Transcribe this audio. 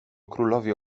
królowie